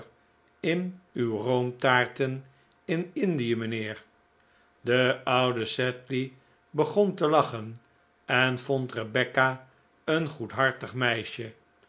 in uw roomtaarten in indie mijnheer de oude sedley begon te lachen en vond rebecca een goedhartig meisje